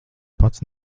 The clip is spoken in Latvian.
pats